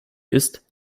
ist